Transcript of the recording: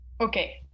Okay